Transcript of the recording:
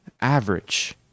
average